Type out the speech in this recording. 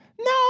No